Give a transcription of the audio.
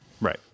Right